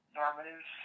normative